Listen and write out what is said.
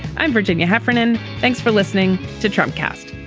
i'm virginia heffernan. thanks for listening to trump cast